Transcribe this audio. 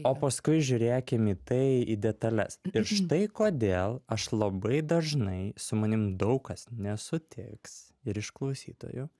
o paskui žiūrėkim į tai į detales ir štai kodėl aš labai dažnai su manim daug kas nesutiks ir iš klausytojų